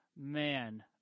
Man